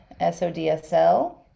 SODSL